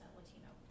Latino